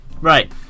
Right